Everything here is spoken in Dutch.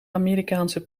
amerikaanse